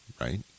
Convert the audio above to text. Right